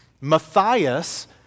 Matthias